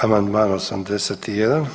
Amandman 81.